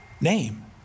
name